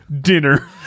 dinner